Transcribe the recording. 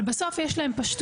אבל בסוף יש להם פשטות.